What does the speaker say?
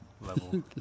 level